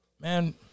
Man